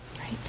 Right